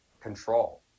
control